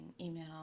email